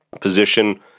position